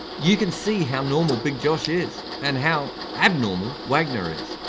you can see how normal big josh is, and how abnormal wagner is.